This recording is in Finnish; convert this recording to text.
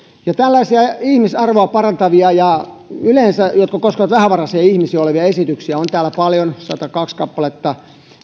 tällaisia ihmisarvoa parantavia esityksiä ja yleensäkin esityksiä jotka koskevat vähävaraisia ihmisiä on täällä paljon satakaksi kappaletta